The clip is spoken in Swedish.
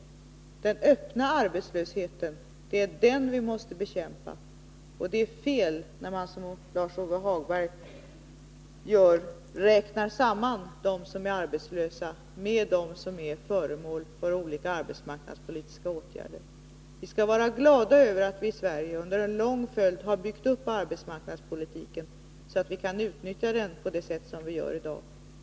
Det är den öppna arbetslösheten vi måste bekämpa, och det är fel när man, som Lars-Ove Hagberg gör, räknar samman dem som är arbetslösa med dem som är föremål för olika arbetsmarknadspolitiska åtgärder. Vi skall vara glada över att vi i Sverige under en lång följd av år har byggt upp arbetsmarknadspolitiken, så att vi kan utnyttja den på det sätt som vi gör i dag.